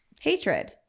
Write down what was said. Hatred